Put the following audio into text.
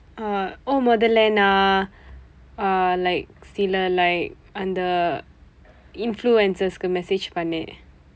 uh oh மூதலை நான்:muthalai naan ah like சில:sila like அந்த:andtha influencers-ku message பண்னேன்:panneen